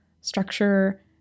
structure